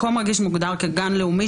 מקום רגיש מוגדר כגן לאומי,